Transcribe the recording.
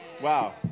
Wow